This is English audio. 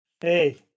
Hey